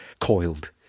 coiled